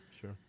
Sure